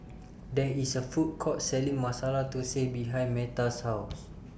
There IS A Food Court Selling Masala Thosai behind Metta's House